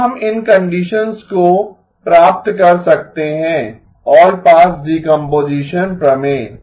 कब हम इन कंडीशंस को प्राप्त कर सकते हैं ऑलपास डीकम्पोजीशन प्रमेय